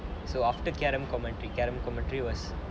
so after karem commentary karem commentary was